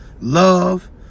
love